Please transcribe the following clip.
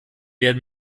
werden